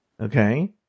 Okay